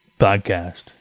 podcast